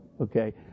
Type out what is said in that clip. Okay